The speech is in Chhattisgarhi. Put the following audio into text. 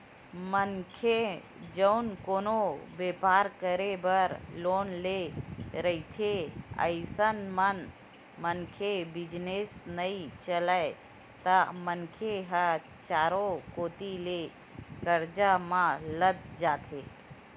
मनखे जउन कोनो बेपार करे बर लोन ले रहिथे अइसन म मनखे बिजनेस नइ चलय त मनखे ह चारे कोती ले करजा म लदा जाथे